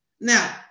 Now